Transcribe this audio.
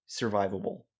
survivable